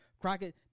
Crockett